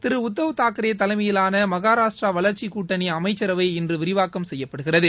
திரு உத்தவ் தாக்கரே தலைமையிலான மஹாராஷ்ட்ர வளர்ச்சி கூட்டணி அமைச்சரவை இன்று விரிவாக்கம் செய்யப்படுகிறது